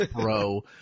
bro